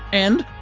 and,